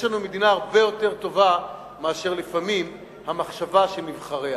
יש לנו מדינה הרבה יותר טובה מאשר לפעמים המחשבה של נבחריה.